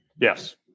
Yes